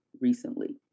recently